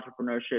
entrepreneurship